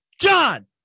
John